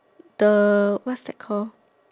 the what's that called